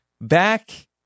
back